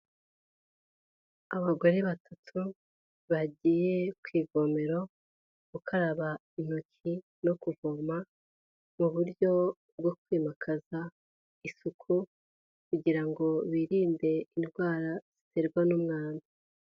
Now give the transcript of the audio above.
Abagore batatu bagiye kwivomera gukaraba intoki no kuvoma mu buryo bwo kwimakaza isuku kugira ngo birinde indwara ziterwa n'umwanda.